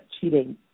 cheating